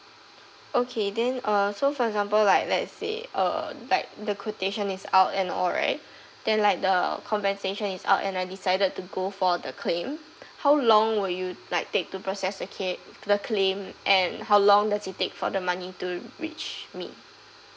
okay then uh so for example like let's say uh like the quotation is out and all right then like the compensation is out and I decided to go for the claim how long would you like take to process the c~ the claim and how long does it take for the money to reach me